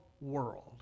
world